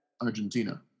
Argentina